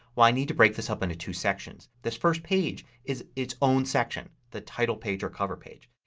well, i need to break this up into two sections. this first page is its own section. the title page or cover page.